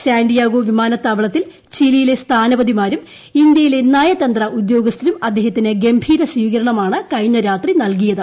Santiago വിമാനത്താവളത്തിൽ ചിലിയിലെ സ്ഥാനപതിമാരും ഇന്ത്യയിലെ നയതന്ത്ര ഉദ്യോഗസ്ഥരും അദ്ദേഹത്തിന് ഗംഭീര സ്വീകരണമാണ് കഴിഞ്ഞ രാത്രി നൽകിയത്